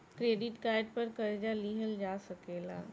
credit card पर कर्जा लिहल जा सकेला